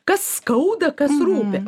kas skauda kas rūpi